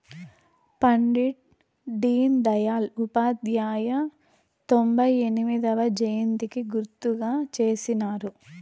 పండిట్ డీన్ దయల్ ఉపాధ్యాయ తొంభై ఎనిమొదవ జయంతికి గుర్తుగా చేసినారు